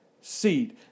seed